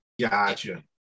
Gotcha